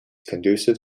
conducive